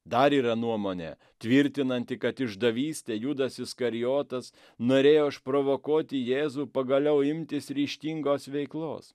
dar yra nuomonė tvirtinanti kad išdavyste judas iskarijotas norėjo išprovokuoti jėzų pagaliau imtis ryžtingos veiklos